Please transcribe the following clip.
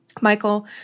Michael